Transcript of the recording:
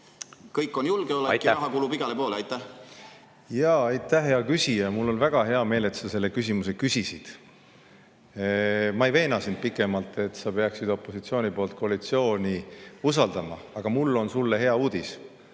kõik on julgeolek ja raha kulub igale poole. Aitäh! Aitäh, hea küsija! Mul on väga hea meel, et sa selle küsimuse küsisid. Ma ei veena sind pikemalt, et sa opositsioonis olles peaksid koalitsiooni usaldama, aga mul on sulle hea uudis.